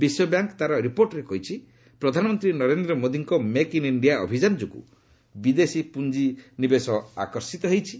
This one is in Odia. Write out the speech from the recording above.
ବିଶ୍ୱବ୍ୟାଙ୍କ୍ ତା'ର ରିପୋର୍ଟରେ କହିଛି ପ୍ରଧାନମନ୍ତ୍ରୀ ନରେନ୍ଦ୍ର ମୋଦିଙ୍କ 'ମେକ୍ ଇନ୍ ଇଣ୍ଡିଆ' ଅଭିଯାନ ଯୋଗୁଁ ବିଦେଶୀ ପୁଞ୍ଜିନିବେଶ ଆକର୍ଷିତ ହୋଇଛି